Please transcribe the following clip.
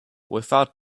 without